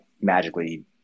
magically